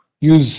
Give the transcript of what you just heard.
use